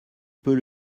peut